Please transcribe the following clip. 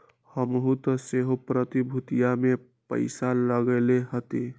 हमहुँ तऽ सेहो प्रतिभूतिय में पइसा लगएले हती